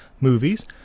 movies